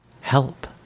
help